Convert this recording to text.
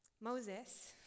Moses